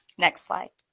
next slide.